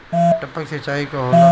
टपक सिंचाई का होला?